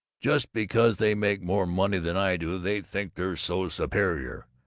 just because they make more money than i do, they think they're so superior.